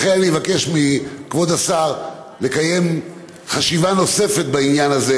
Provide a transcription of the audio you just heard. לכן אני מבקש מכבוד השר לקיים חשיבה נוספת בעניין הזה.